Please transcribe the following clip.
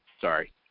sorry